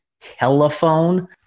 telephone